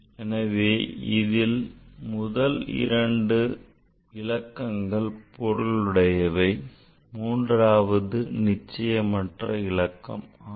எனவே இதில் முதல் இரண்டு இலக்கங்கள் பொருளுடையவை மூன்றாவது நிச்சயமற்ற இலக்கம் ஆகும்